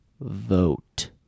vote